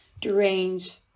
deranged